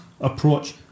approach